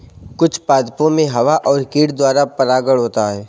कुछ पादपो मे हवा और कीट द्वारा परागण होता है